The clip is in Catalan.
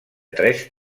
tres